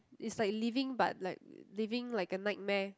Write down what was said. is like living but like living like a nightmare